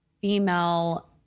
female